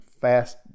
fast